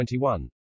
21